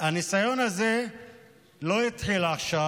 הניסיון הזה לא התחיל עכשיו.